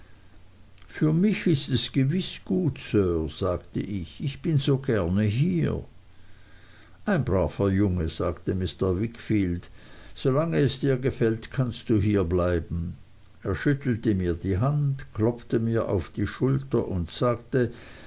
für mich ist es gewiß gut sir sagte ich ich bin so gern hier ein braver junge sagte mr wickfield solange es dir hier gefällt kannst du hier bleiben er schüttelte mir die hand klopfte mir auf die schulter und sagte